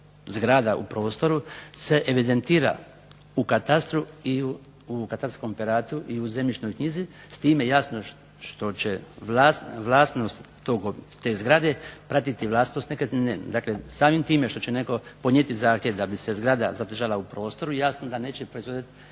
zgrada u prostoru se evidentira i u katastru i u zemljišnoj knjizi s time jasno što će vlasnost te zgrade pratiti vlasnost nekretnine. Dakle samim time što će netko podnijeti zahtjev da bi se zgrada zadržala u prostoru jasno da neće proizvodit